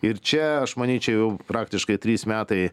ir čia aš manyčiau jau praktiškai trys metai